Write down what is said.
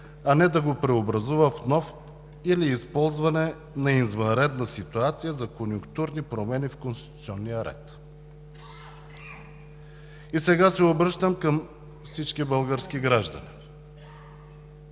а не да го преобразува в нов или използване на извънредна ситуация за конюнктурни промени в конституционния ред. Сега се обръщам и към всички български граждани.